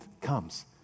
comes